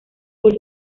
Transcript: por